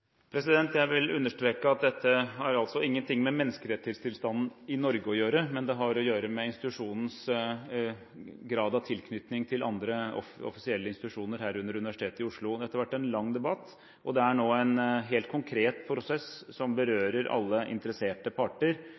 Jeg vil understreke at dette har ingenting med menneskerettighetstilstanden i Norge å gjøre, det har å gjøre med institusjonens grad av tilknytning til andre offisielle institusjoner, herunder Universitetet i Oslo. Dette har vært en lang debatt, og det er nå en helt konkret prosess, som berører alle interesserte parter